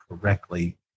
correctly